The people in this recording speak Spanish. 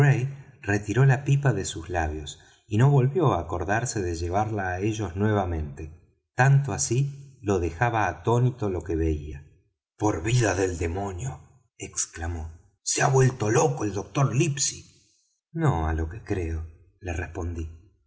retiró la pipa de sus labios y no volvió á acordarse de llevarla á ellos nuevamente tanto así lo dejaba atónito lo que veía por vida del demonio exclamó se ha vuelto loco el doctor livesey no á lo que creo le respondí